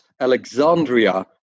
Alexandria